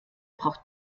braucht